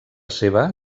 seva